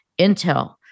Intel